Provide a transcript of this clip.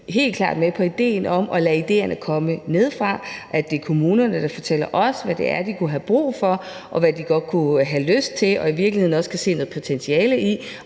helt klart med på idéen om at lade idéerne komme nedefra, og at det er kommunerne, der fortæller os, hvad de kunne have brug for, og hvad de godt kunne have lyst til og i virkeligheden også kan se noget potentiale i